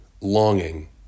longing